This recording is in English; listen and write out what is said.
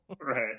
right